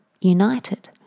united